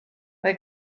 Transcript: mae